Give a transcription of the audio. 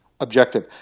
objective